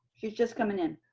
she's just coming in.